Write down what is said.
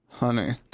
Honey